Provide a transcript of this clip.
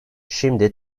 şimdi